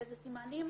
וזה סימנים,